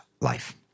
life